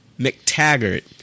McTaggart